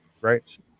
Right